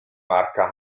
marke